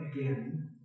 again